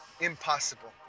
impossible